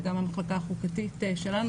וגם המחלקה החוקתית שלנו,